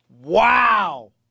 Wow